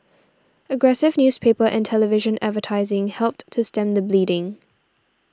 aggressive newspaper and television advertising helped to stem the bleeding